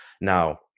Now